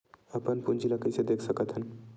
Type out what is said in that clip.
अपन पूंजी ला कइसे देख सकत हन?